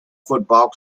football